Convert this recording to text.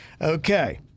Okay